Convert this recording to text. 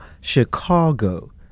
Chicago